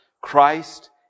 Christ